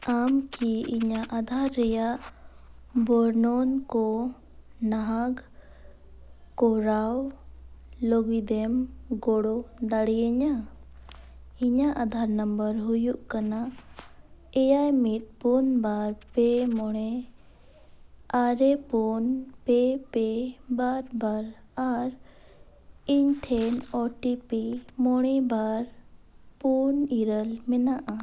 ᱟᱢ ᱠᱤ ᱤᱧᱟᱹᱜ ᱟᱫᱷᱟᱨ ᱨᱮᱭᱟᱜ ᱵᱚᱨᱱᱚᱱ ᱠᱚ ᱱᱟᱦᱟᱜ ᱠᱚᱨᱟᱣ ᱞᱟᱹᱜᱤᱫᱮᱢ ᱜᱚᱲᱚ ᱫᱟᱲᱮᱭᱟᱹᱧᱟ ᱤᱧᱟᱹᱜ ᱟᱫᱷᱟᱨ ᱱᱟᱢᱵᱟᱨ ᱦᱩᱭᱩᱜ ᱠᱟᱱᱟ ᱮᱭᱟᱭ ᱢᱤᱫ ᱯᱩᱱ ᱵᱟᱨ ᱯᱮ ᱢᱚᱬᱮ ᱟᱨᱮ ᱯᱩᱱ ᱯᱮ ᱯᱮ ᱵᱟᱨ ᱵᱟᱨ ᱟᱨ ᱤᱧᱴᱷᱮᱱ ᱳᱴᱤᱯᱤ ᱢᱚᱬᱮ ᱵᱟᱨ ᱯᱩᱱ ᱤᱨᱟᱹᱞ ᱢᱮᱱᱟᱜᱼᱟ